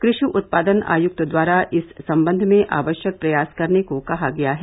कृषि उत्पादन आयक्त द्वारा इस संबंध में आवश्यक प्रयास करने को कहा गया है